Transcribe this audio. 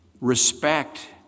respect